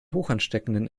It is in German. hochansteckenden